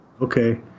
Okay